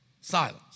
silence